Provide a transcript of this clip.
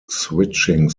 switching